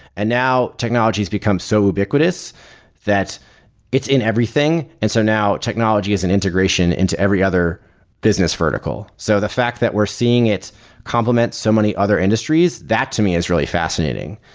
and now technologies become so ubiquitous that it's in everything. and so now technology is an integration into every other business vertical. so the fact that we're seeing it complement so many other industries, that to me is really fascinating.